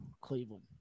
Cleveland